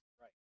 right